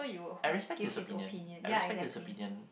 I respect his opinion I respect his opinion